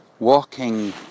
Walking